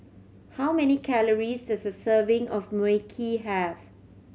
how many calories does a serving of Mui Kee have